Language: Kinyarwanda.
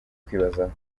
kwibazaho